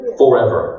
forever